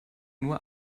nur